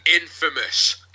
infamous